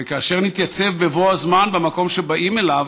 וכאשר נתייצב בבוא בזמן במקום שבאים אליו,